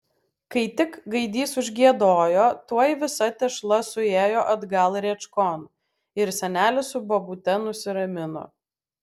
kai tik gaidys užgiedojo tuoj visa tešla suėjo atgal rėčkon ir senelis su bobute nusiramino